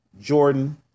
Jordan